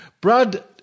Brad